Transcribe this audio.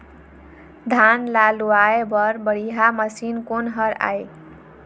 धान ला लुआय बर बढ़िया मशीन कोन हर आइ?